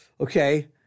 Okay